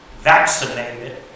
vaccinated